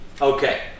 Okay